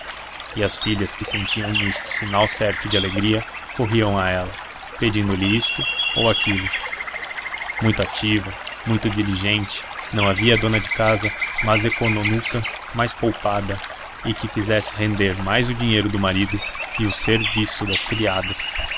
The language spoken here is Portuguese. e as filhas que sentiam nisto sinal certo de alegria corriam a ela pedindo-lhe isto ou aquilo muito ativa muito diligente não havia dona-de-casa mais econômica mais poupada e que fizesse render mais o dinheiro do marido e o serviço das criadas